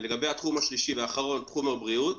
לגבי התחום השלישי והאחרון, תחום הבריאות